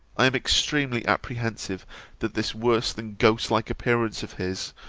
i am extremely apprehensive that this worse than ghost-like appearance of his,